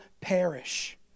perish